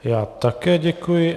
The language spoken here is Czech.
Já také děkuji.